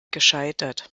gescheitert